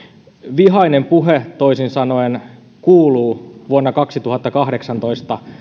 vihainen puhe toisin sanoen kuuluu vuonna kaksituhattakahdeksantoista